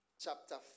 Chapter